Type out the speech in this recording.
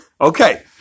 Okay